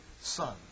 Son